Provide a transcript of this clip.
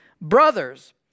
brothers